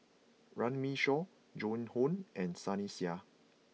Runme Shaw Joan Hon and Sunny Sia